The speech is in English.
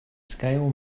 scale